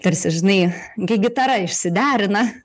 tarsi žinai kai gitara išsiderina